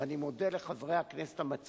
ואני מודה לחברי הכנסת המציעים